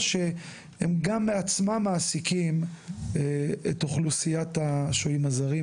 שהם גם בעצמם מעסיקים את אוכלוסיית השוהים הזרים,